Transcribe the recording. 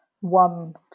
one